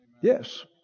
Yes